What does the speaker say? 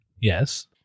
Yes